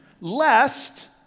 lest